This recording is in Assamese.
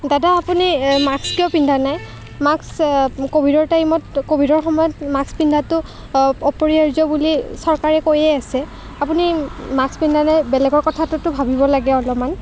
দাদা আপুনি মাস্ক কিয় পিন্ধা নাই মাস্ক ক'ভিডৰ টাইমত ক'ভিডৰ সময়ত মাস্ক পিন্ধাটো অপৰিহাৰ্য বুলি চৰকাৰে কৈয়ে আছে আপুনি মাস্ক পিন্ধা নাই বেলেগৰ কথাটোতো ভাবিব লাগে অলপমান